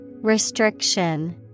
Restriction